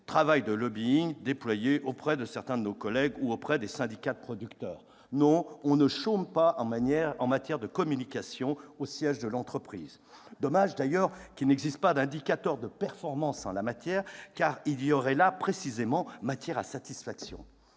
travail de lobbying déployé auprès de certains de nos collègues ou des syndicats de producteurs ... Non, on ne chôme pas en matière de communication au siège de l'entreprise. Dommage d'ailleurs qu'il n'existe pas d'indicateur de performance en la matière, car il y aurait là précisément matière à satisfaction